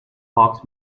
hawks